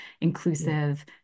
inclusive